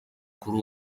kuri